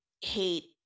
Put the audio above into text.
hate